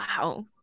Wow